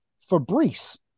Fabrice